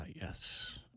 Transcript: yes